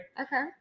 okay